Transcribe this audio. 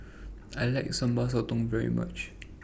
I like Sambal Sotong very much